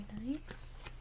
nice